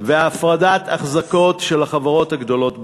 והפרדת אחזקות של החברות הגדולות במשק.